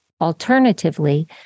Alternatively